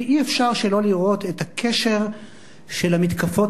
ואי-אפשר שלא לראות את הקשר בין המתקפות